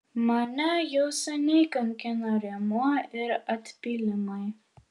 mane jau seniai kankina rėmuo ir atpylimai